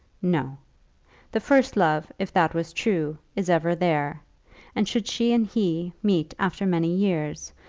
no the first love, if that was true, is ever there and should she and he meet after many years,